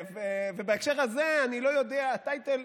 ובהקשר הזה אני לא יודע, הטייטל,